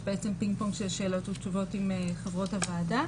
יש בעצם פינג-פונג של שאלות ותשובות עם חברות הוועדה,